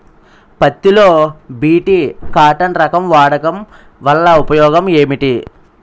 పత్తి లో BT cotton రకం వాడకం వల్ల ఉపయోగం ఏమిటి?